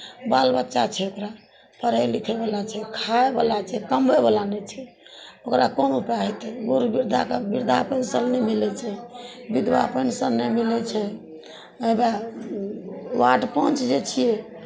बाल बच्चा छै ओकरा पढ़य लिखयव ला छै खायवला छै कमबयवला नहि छै ओकरा कोन उपाय हेतै बूढ़ वृद्धाकेँ वृद्धा पेंशन नहि मिलै छै विधवा पेंशन नहि मिलै छै हउएह वार्ड पञ्च जे छियै